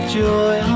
joy